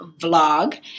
vlog